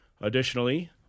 Additionally